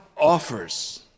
offers